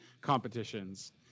competitions